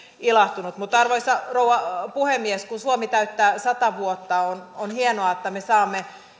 ilahtunut mutta arvoisa rouva puhemies kun suomi täyttää sata vuotta on on hienoa että me saamme